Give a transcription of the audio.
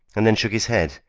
and then shook his head.